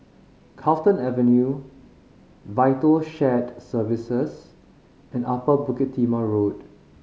Carlton Avenue Vital Shared Services and Upper Bukit Timah Road